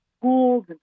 schools